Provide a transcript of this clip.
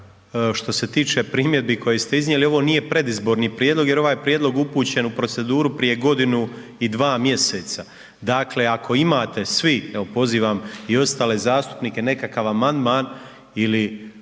što se tiče primjedbi koje ste iznijeli ovo nije predizborni prijedlog jer je ovaj prijedlog upućen u proceduru prije godinu i dva mjeseca, dakle ako imate svi, evo pozivam i ostale zastupnike nekakav amandman ili